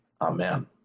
Amen